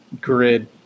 Grid